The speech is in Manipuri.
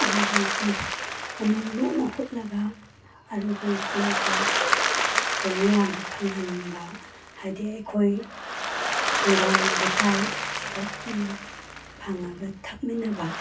ꯑꯔꯨꯕ ꯏꯁꯤꯡ ꯃꯅꯨꯡ ꯂꯨꯅ ꯍꯨꯠꯂꯒ ꯑꯔꯨꯕ ꯏꯁꯤꯡꯁꯦ ꯑꯩꯈꯣꯏ ꯃꯤꯌꯥꯝꯗ ꯐꯪꯍꯟꯕ ꯍꯥꯏꯗꯤ ꯑꯩꯈꯣꯏ ꯈꯨꯡꯒꯪ ꯂꯩꯀꯥꯏ ꯁꯤꯗ ꯄꯨꯟꯅ ꯐꯪꯉꯒ ꯊꯛꯃꯤꯟꯅꯕ